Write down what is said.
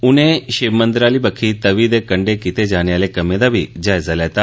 उनें शिव मंदर आली बक्खी तवी दे कंडै कीते जाने आले कम्मै दा जायजा लैता